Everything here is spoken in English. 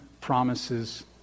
promises